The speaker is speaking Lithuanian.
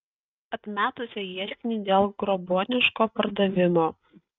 atmetusio ieškinį dėl grobuoniško pardavimo